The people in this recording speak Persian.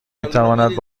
میتواند